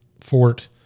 Fort